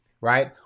right